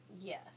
yes